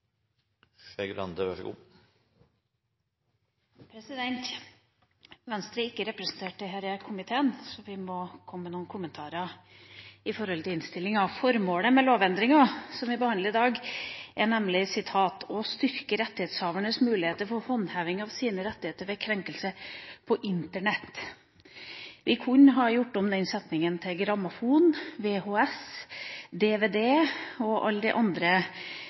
denne komiteen, så vi må komme med noen kommentarer til innstillinga. Formålet med lovendringa som vi behandler i dag, er nemlig «å styrke rettighetshavernes muligheter for håndheving av sine rettigheter ved krenkelser på Internett». Vi kunne ha gjort om denne setningen, slik at det også gjelder grammofon, VHS, dvd og alle de andre